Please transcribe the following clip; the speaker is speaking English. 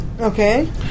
okay